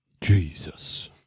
Jesus